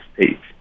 States